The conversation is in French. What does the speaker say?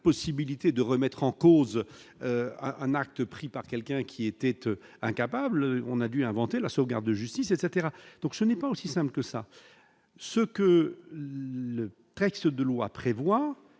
possibilité de remettre en cause un acte pris par quelqu'un qui était incapable, on a dû inventer la sauvegarde de justice etc, donc ce n'est pas aussi simple que ça, ce que le texte de loi prévoit,